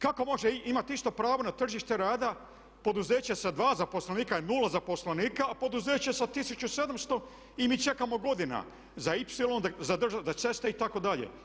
Kako može imati isto pravo na tržište rada poduzeće sa dva zaposlenika je nula zaposlenika, a poduzeće sa 1700 i mi čekamo godina za ipsilon, za ceste itd.